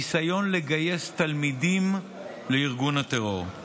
בניסיון לגייס תלמידים לארגון הטרור.